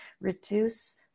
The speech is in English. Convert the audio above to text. reduce